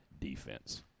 defense